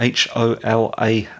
HOLA